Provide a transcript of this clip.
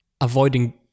avoiding